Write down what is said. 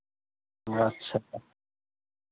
अच्छा